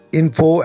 info